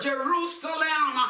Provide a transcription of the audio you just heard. Jerusalem